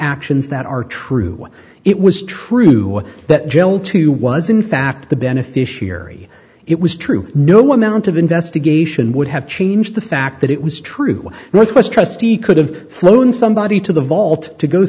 actions that are true when it was true that gel two was in fact the beneficiary it was true no one mt of investigation would have changed the fact that it was true northwest trustee could have flown somebody to the vault to go